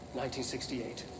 1968